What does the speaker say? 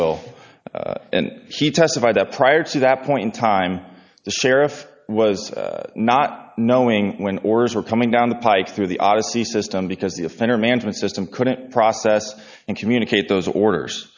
will and he testified that prior to that point in time the sheriff was not knowing when orders were coming down the pike through the odyssey system because the offender management system couldn't process and communicate those